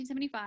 1975